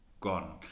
Gone